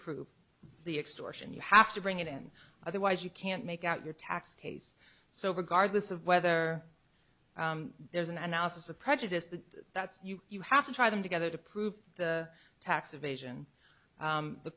prove the extortion you have to bring it in otherwise you can't make out your tax case so regardless of whether there's an analysis of prejudice that you have to try them together to prove the tax evasion